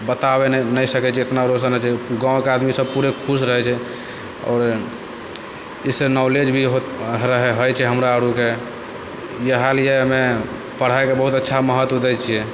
बताबै नहि सकै छी एतना रोशन होइ छै गाँवके आदमीसब पूरे खुश रहै छै आओर ई से नॉलेज भी होइ छइ हमरा आओरके इएह लिए हमे पढ़ाइके बहुत अच्छा महत्व दै छिए